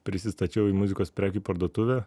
prisistačiau į muzikos prekių parduotuvę